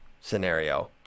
scenario